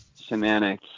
shamanic